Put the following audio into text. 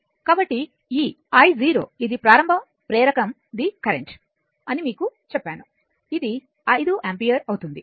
కాబట్టి ఈ i ఇది ప్రారంభ ప్రేరకం కరెంట్ అని నేను మీకు చెప్పాను అది 5 యాంపియర్ అవుతుంది